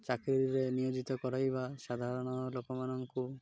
ଚାକିରିରେ ନିୟୋଜିତ କରାଇବା ସାଧାରଣଃ ଲୋକମାନଙ୍କୁ